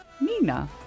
nina